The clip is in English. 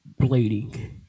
blading